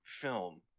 film